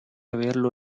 averlo